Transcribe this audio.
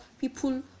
people